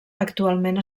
actualment